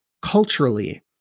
culturally